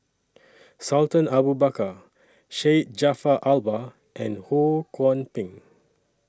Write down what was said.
Sultan Abu Bakar Syed Jaafar Albar and Ho Kwon Ping